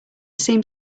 seemed